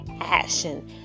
action